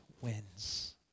wins